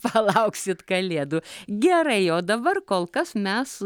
palauksit kalėdų gerai o dabar kol kas mes